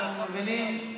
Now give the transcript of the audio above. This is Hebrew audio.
אתם מבינים?